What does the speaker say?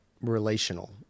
relational